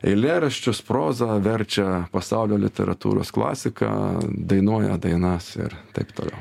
eilėraščius prozą verčia pasaulio literatūros klasiką dainuoja dainas ir taip toliau